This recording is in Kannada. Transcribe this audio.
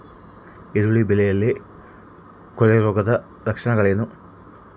ಈರುಳ್ಳಿ ಬೆಳೆಯಲ್ಲಿ ಕೊಳೆರೋಗದ ಲಕ್ಷಣಗಳೇನು?